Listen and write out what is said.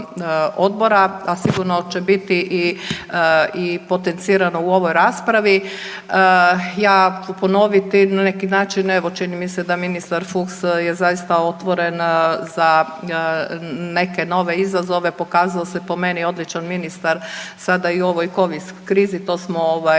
odbora, a sigurno će biti i potencirano u ovoj raspravi. Ja ću ponoviti na neki način evo čini mi se da ministar Fuchs je zaista otvoren za neke nove izazove. Pokazao se po meni odličan ministar sada i u ovoj Covid krizi, to smo ovaj